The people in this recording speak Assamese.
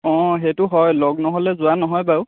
অঁ সেইটো হয় লগ নহ'লে যোৱা নহয় বাৰু